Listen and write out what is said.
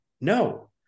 no